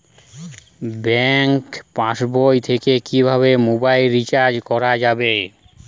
Bank পাশবই থেকে কিভাবে মোবাইল রিচার্জ করা যাবে?